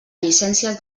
llicències